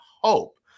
hope